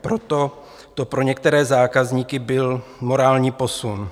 Proto to pro některé zákazníky byl morální posun.